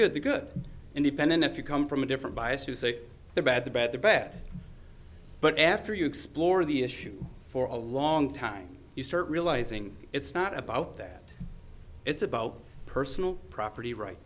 good they're good independent if you come from a different bias you say the bad the bad the bad but after you explore the issue for a long time you start realizing it's not about that it's about personal property right